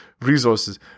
resources